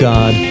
God